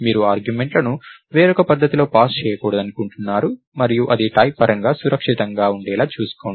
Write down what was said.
మీరు ఆర్గ్యుమెంట్ లను వేరొక పద్ధతిలో పాస్ చేయకూడదనుకుంటున్నారు మరియు అది టైప్ పరంగా సురక్షితంగా ఉండేలా చూసుకోండి